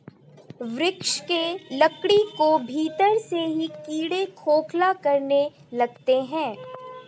वृक्ष के लकड़ी को भीतर से ही कीड़े खोखला करने लगते हैं